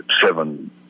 seven